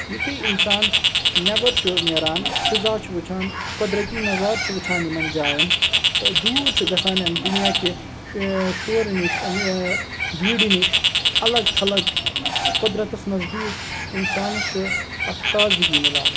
یُتھُے اِنسان نٮ۪بَر چھُ نیران فِضا چھُ وٕچھان قۄدرٔتی نَظارٕ چھُ وٕچھان یِمَن جایَن دوٗر چھُ گَژھان اَمہِ دُنیا کہِ شورٕ نِش اَمہِ بھیٖڈِ نِش اَلَگ تھَلَگ قۄدرَتَس نزدیٖک اِنسانَس چھُ اکھ تازٕگی مِلان